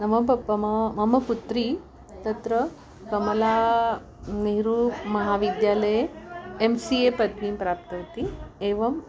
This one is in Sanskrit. नाम पप्पमा मम पुत्री तत्र कमलानेहरू महाविद्यालये एम् सि ए पदवीं प्राप्तवती एवं